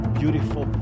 beautiful